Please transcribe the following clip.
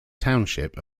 township